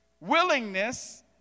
Willingness